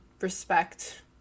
respect